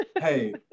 hey